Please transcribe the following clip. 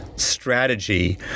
Strategy